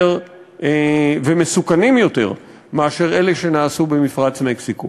ומסוכנים יותר מאלה שנעשו במפרץ מקסיקו.